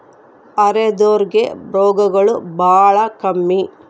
ಅರೆದೋರ್ ಗೆ ರೋಗಗಳು ಬಾಳ ಕಮ್ಮಿ